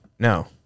No